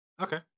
Okay